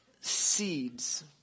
Seeds